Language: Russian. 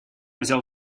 взял